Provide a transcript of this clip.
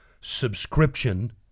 subscription